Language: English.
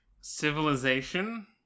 Civilization